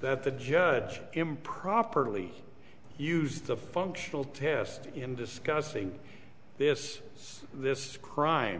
that the judge improperly used the functional test in discussing this this crime